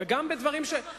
אז שראש הממשלה ייקח אחריות.